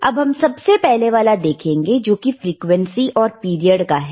अब हम सबसे पहले वाला देखेंगे जो की फ्रीक्वेंसी और पीरियड का है